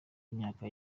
imyaka